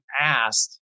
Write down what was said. asked